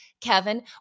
Kevin